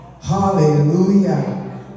Hallelujah